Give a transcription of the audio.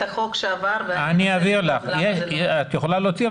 החוק שעבר ואז נראה למה זה לא --- את יכולה להוציא,